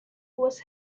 was